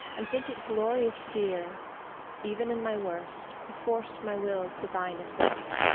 and think it glorious-dear even in my worst, perforce my will to thine is bent.